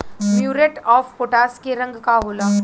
Muriate of potash के रंग का होला?